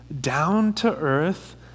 down-to-earth